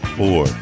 four